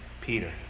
Peter